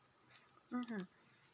mmhmm